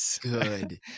good